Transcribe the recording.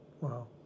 Wow